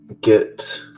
get